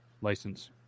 license